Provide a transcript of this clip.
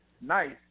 Nice